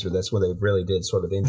that's where they really did sort of